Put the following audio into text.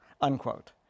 unquote